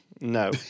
No